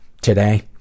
today